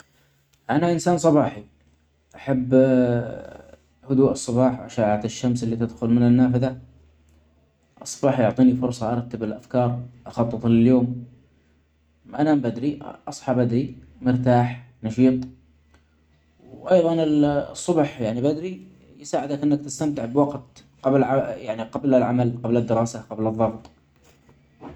أنا إنسان صباحي أحب ر هدوء الصباح وأشعة الشمس اللي تدخل من النافذة، الصباح يعطيني فرصه أرتب الأفكار أخطط لليوم ،أنام بدري ، أصحي بدري مرتاح نشيط وأيضا الصبحيعني بدري يساعدك أنك تستمتع بوقت قبل العمل قبل الدراسة قبل الظغط.